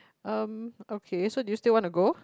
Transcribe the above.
um okay so do you still want to go